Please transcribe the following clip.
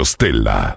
Stella